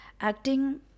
Acting